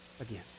again